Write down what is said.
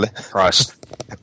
Christ